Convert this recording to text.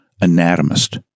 anatomist